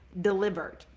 delivered